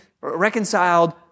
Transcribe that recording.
reconciled